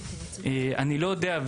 אני לא יודע,